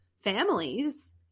families